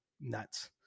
nuts